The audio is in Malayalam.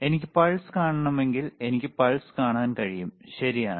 എനിക്ക് പൾസ് കാണണമെങ്കിൽ എനിക്ക് പൾസ് കാണാൻ കഴിയും ശരിയാണ്